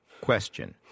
Question